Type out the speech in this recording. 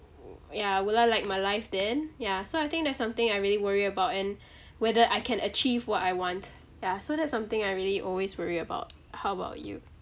ya will I like my life then ya so I think that's something I really worry about and whether I can achieve what I want ya so that's something I really always worry about how about you